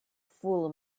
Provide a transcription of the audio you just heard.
full